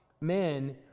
men